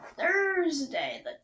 Thursday